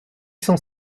cent